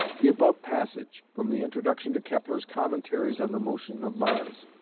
the above passage from the introduction to kepler's commentaries on the motion of mars,